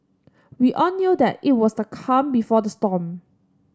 we all knew that it was the calm before the storm